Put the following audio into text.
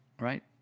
right